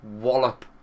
wallop